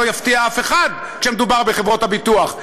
לא יפתיע אף אחד כאשר מדובר בחברות הביטוח,